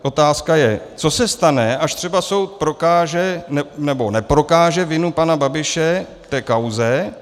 Otázka je, co se stane, až třeba soud prokáže, nebo neprokáže vinu pana Babiše v té kauze?